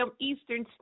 Eastern